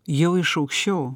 jau iš aukščiau